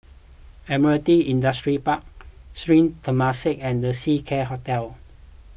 Admiralty Industrial Park Sri Temasek and the Seacare Hotel